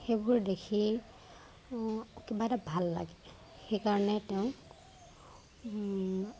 সেইবোৰ দেখি কিবা এটা ভাল লাগে সেইকাৰণে তেওঁক